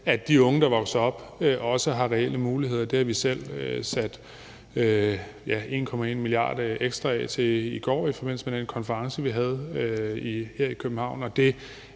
at de unge, der vokser op, også har reelle muligheder. Det har vi selv sat 1,1 mia. kr. ekstra af til i går i forbindelse med den konference, vi havde her i København.